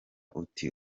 uti